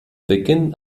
beginn